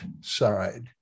side